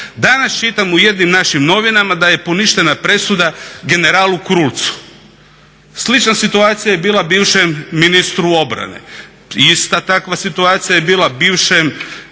Danas čitam u jednim našim novinama da je poništena presuda generalu Krulcu. Slična situacija je bila bivšem ministru obrane. Ista takva situacija je bila bivšem